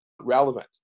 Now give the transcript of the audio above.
relevant